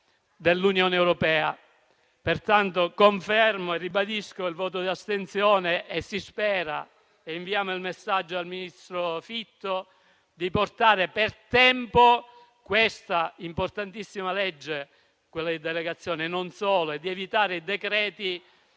dell'Unione europea. Pertanto confermo e ribadisco il voto di astensione. Si spera - e inviamo tale messaggio al ministro Fitto - di portare per tempo questa importantissima legge di delegazione europea e di evitare i decreti,